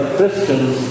Christians